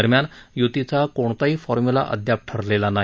दरम्यान युतीचा कोणताही फॉर्मुला अद्याप ठरलेला नाही